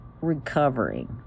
recovering